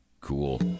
Cool